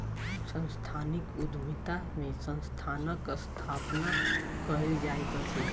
सांस्थानिक उद्यमिता में संस्थानक स्थापना कयल जाइत अछि